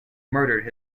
murdered